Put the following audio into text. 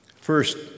First